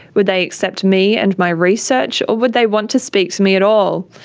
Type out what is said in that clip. would they accept me and my research or would they want to speak to me at all?